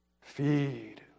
feed